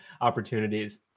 opportunities